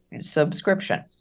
subscription